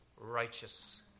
righteous